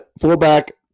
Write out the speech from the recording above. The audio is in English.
Fullback